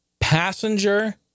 passenger